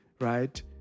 right